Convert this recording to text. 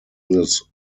this